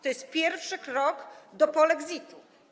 To jest pierwszy krok do polexitu.